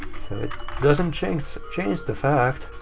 so it doesn't change change the fact.